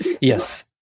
Yes